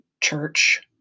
church